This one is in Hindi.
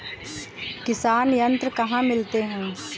किसान यंत्र कहाँ मिलते हैं?